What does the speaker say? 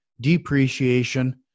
depreciation